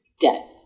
debt